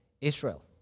Israel